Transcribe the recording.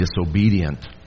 disobedient